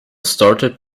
started